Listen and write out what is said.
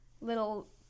little